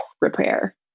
repair